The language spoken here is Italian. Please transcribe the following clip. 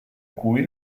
cui